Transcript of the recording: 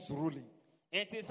ruling